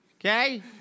okay